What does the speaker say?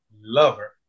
lover